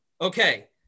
okay